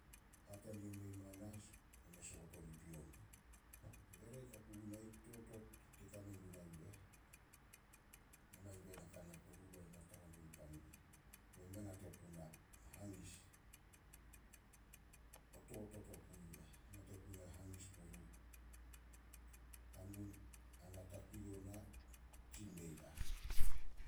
Hatania mei manas be me soot on i pion. Ere ka puguna ih, totot ke kame guna yu eh. Na mangin gue na ka na kuru bena na tara gun nipan i eh. Kobe mei nate puna hangis. O totot oku yu eh. Mei nate puna hangis kuru. Hanun ana takui ona, tsi mei ah.